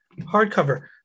hardcover